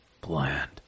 bland